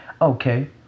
okay